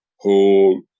whole